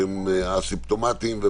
שהם אסימפטומטיים,